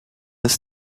ist